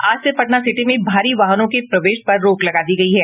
आज से पटना सिटी में भारी वाहनों के प्रवेश पर रोक लगा दी गयी है